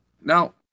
Now